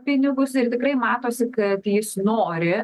pinigus ir tikrai matosi kad jis nori